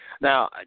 Now